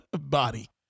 Body